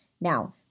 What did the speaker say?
Now